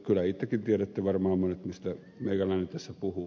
kyllä itsekin tiedätte varmaan monet mistä meikäläinen tässä puhuu